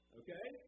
okay